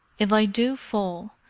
if i do fall,